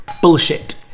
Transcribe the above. bullshit